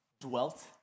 dwelt